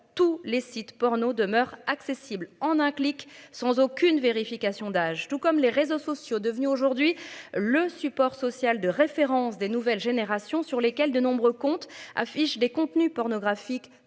tous les sites pornos demeure accessible en un clic, sans aucune vérification d'âge tout comme les réseaux sociaux, devenu aujourd'hui le support social de référence des nouvelles générations sur lesquels de nombreux comptes affichent des contenus pornographiques